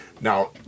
Now